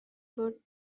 bought